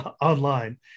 online